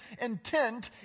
intent